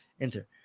Enter